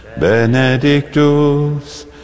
Benedictus